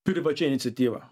privačia iniciatyva